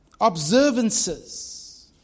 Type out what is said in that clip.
observances